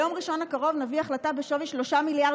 ביום ראשון הקרוב נביא החלטה בשווי 3 מיליארד